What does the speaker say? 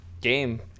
game